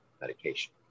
medication